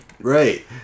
Right